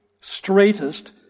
straightest